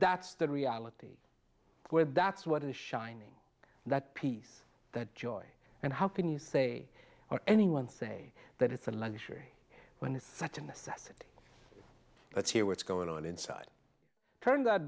that's the reality where that's where the shining that peace that joy and how can you say or anyone say that it's a luxury when it's such a necessity let's hear what's going on inside turn that